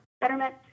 Betterment